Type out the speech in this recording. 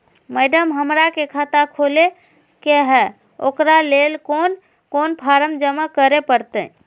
Madam, हमरा के खाता खोले के है उकरा ले कौन कौन फारम जमा करे परते?